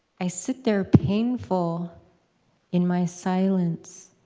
i sit there, painful in my silence,